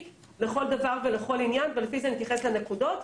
לכל דבר ועניין ולפי זה נתייחס לנקודות.